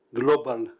global